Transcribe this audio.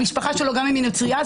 המשפחה שלו גם אם היא נוצרייה,